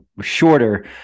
shorter